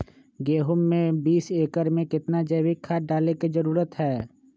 गेंहू में बीस एकर में कितना जैविक खाद डाले के जरूरत है?